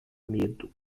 medo